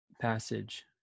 passage